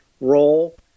role